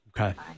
okay